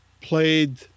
played